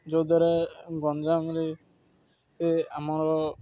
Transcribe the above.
ଯେଉଁଦ୍ୱାରା ଗଞ୍ଜାମରେ ଆମର